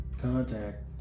Contact